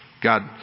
God